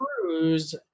Cruise